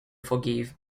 forgive